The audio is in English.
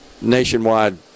nationwide